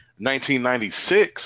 1996